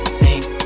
sing